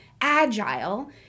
agile